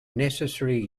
necessary